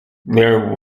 their